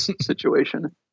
situation